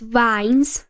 vines